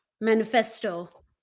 manifesto